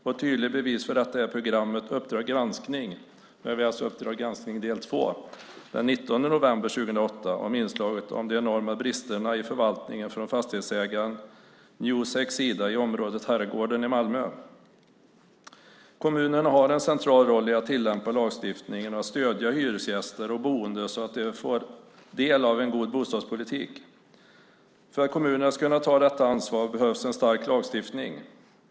Ett tydligt bevis för detta är programmet Uppdrag granskning del 2 den 19 november 2008 om de enorma bristerna i förvaltningen från fastighetsägaren Newsecs sida i området Herrgården i Malmö. Kommunerna har en central roll i att tillämpa lagstiftningen och att stödja hyresgäster och boende så att de får del av en god bostadspolitik. För att kommunerna ska kunna ta detta ansvar behövs en stark lagstiftning.